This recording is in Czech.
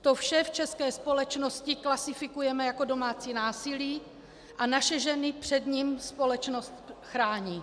To vše v české společnosti klasifikujeme jako domácí násilí a naše ženy před ním společnost chrání.